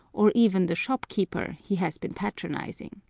or even the shopkeeper he has been patronizing.